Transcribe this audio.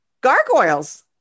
gargoyles